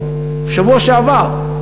בשבוע שעבר,